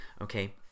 okay